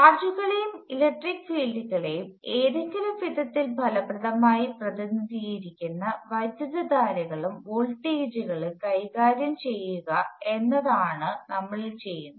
ചാർജുകളെയും electric ഫീൽഡുകളെയും ഏതെങ്കിലും വിധത്തിൽ ഫലപ്രദമായി പ്രതിനിധീകരിക്കുന്ന വൈദ്യുതധാരകളും വോൾട്ടേജുകളും കൈകാര്യം ചെയ്യുക എന്നതാണ് ഇപ്പോൾ നമ്മൾ ചെയ്യുന്നത്